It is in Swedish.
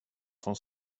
från